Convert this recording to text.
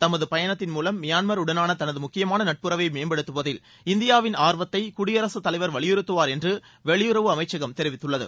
தமது பயணத்தின் மூலம் மியான்மர் உடனான தனது முக்கியமான நட்புறவை மேம்படுத்துவதில் இந்தியாவி ன் ஆர்வத்தை குடியரகத் தலைவர் வலியுறுத்துவார் என்று வெளியுறவு அமைச்சகம் தெரிவித்துள்ளது